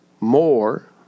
more